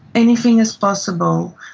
anything is possible.